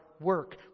work